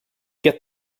get